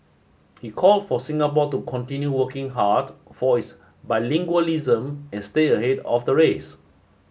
he called for Singapore to continue working hard for its bilingualism and stay ahead of the race